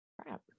crap